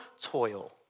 toil